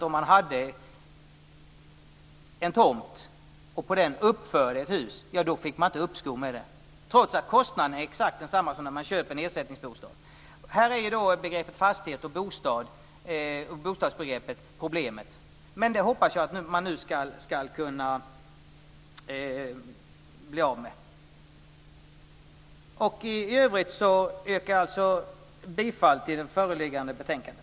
Om man hade en tomt och på den uppförde ett hus fick man inte uppskov med det, trots att kostnaden är exakt densamma som när man köper en ersättningsbostad. Här är begreppen fastighet och bostad problemet. Men det hoppas jag att man nu ska kunna bli av med. I övrigt yrkar jag bifall till hemställan i det föreliggande betänkandet.